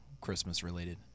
Christmas-related